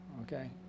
okay